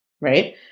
right